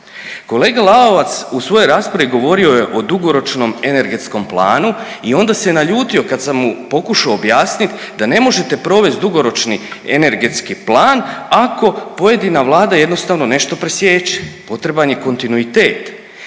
Kolega Lalovac u svojoj raspravi govorio je o dugoročnom energetskom planu i onda se naljutio kad sam mu pokušao objasniti da ne možete provesti dugoročni energetski plan ako pojedina vlada jednostavno nešto presječe. Potreban je kontinuitet.